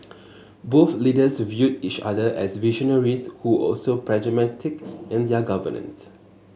both leaders viewed each other as visionaries who were also pragmatic in their governance